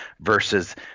versus